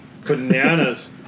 bananas